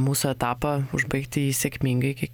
mūsų etapą užbaigti jį sėkmingai kai